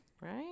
right